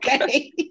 okay